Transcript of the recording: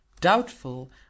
doubtful